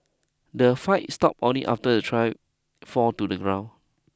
the fight stopped only after the trio fall to the ground